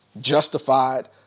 Justified